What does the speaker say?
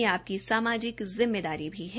यह आपकी सामाजिक जिम्मेदारी भी हैं